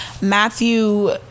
Matthew